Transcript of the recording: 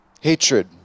hatred